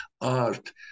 art